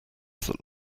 that